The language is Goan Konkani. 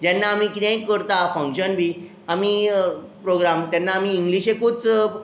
जेन्ना आमी कितेंय करता फंग्शन बीन प्रोग्राम तेन्ना आमी इंग्लिशेकूच म्हत्व दिता